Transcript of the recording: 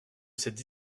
cette